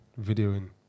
videoing